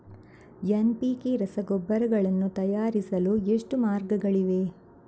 NPK ರಸಗೊಬ್ಬರಗಳನ್ನು ತಯಾರಿಸಲು ಎಷ್ಟು ಮಾರ್ಗಗಳಿವೆ?